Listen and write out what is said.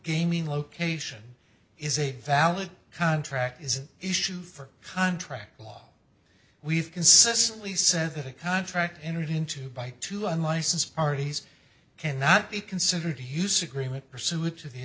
gaming location is a valid contract is an issue for contract law we've consistently said that a contract entered into by two unlicensed parties cannot be considered to use agreement pursuant to